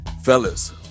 Fellas